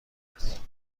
است